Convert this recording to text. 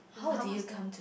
how much that